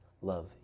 love